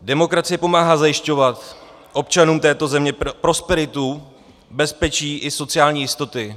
Demokracie pomáhá zajišťovat občanům této země prosperitu, bezpečí i sociální jistoty.